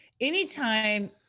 anytime